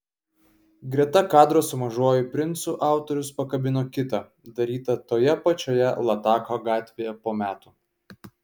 greta kadro su mažuoju princu autorius pakabino kitą darytą toje pačioje latako gatvėje po metų